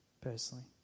personally